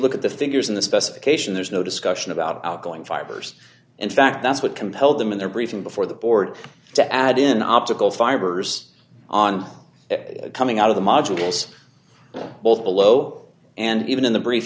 look at the figures in the specification there's no discussion about outgoing fires in fact that's what compelled them in their briefing before the board to add in optical fibers on it coming out of the modules both below and even in the br